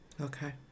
Okay